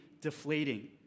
deflating